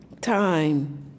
time